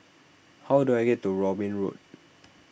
how do I get to Robin Road